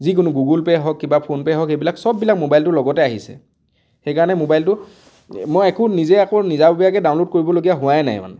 যিকোনো Google Pay হওক PhonePe' হওক এইবিলাক সববিলাক মোবাইলটোৰ লগতে আহিছে সেইকাৰণে মোবাইলটো মই একো নিজে একো নিজাববীয়াকে ডাউনলোড কৰিবলগীয়া হোৱাই নাই মানে